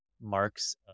marks